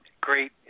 great